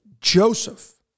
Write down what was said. Joseph